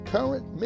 Current